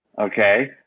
Okay